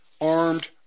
armed